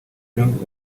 jong